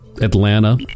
Atlanta